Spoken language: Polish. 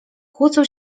kłócą